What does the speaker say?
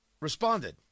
responded